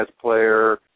player